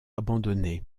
abandonnée